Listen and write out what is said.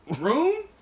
Room